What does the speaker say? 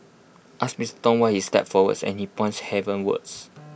ask Mister Tong why he stepped forward and he points heavenwards